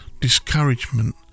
discouragement